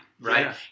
right